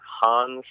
Hans